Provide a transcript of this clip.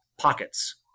pockets